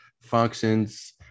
functions